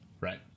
Right